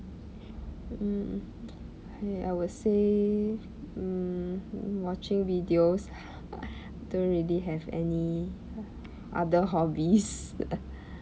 mm I I would say mm watching videos don't really have any other hobbies